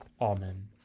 Amen